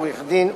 עורך-דין,